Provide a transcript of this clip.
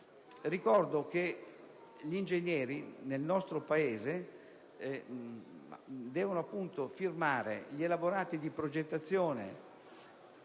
Ricordo che gli ingegneri nel nostro Paese debbono firmare gli elaborati di progettazione,